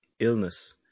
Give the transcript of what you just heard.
illness